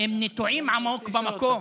הם נטועים עמוק במקום,